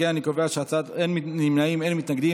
אין מתנגדים, אין נמנעים.